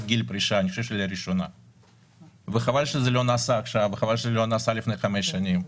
גיל פרישה וחבל שזה לא נעשה וחבל שזה לא נעשה לפני חמש שנים.